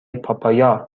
پاپایا